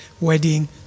wedding